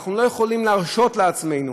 אנחנו לא יכולים להרשות לעצמנו